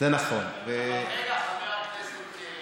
אני מטפלת בזה,